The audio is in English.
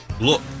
Look